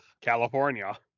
California